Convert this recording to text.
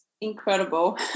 incredible